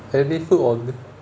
any food on